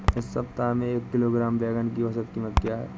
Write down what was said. इस सप्ताह में एक किलोग्राम बैंगन की औसत क़ीमत क्या है?